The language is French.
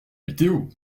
météo